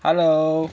hello